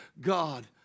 God